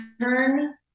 turn